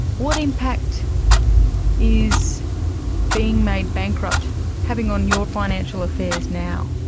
what impact is being made bankrupt having on your financial affairs now?